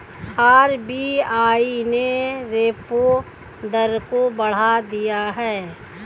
RBI ने repo दर को बढ़ा दिया है